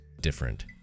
different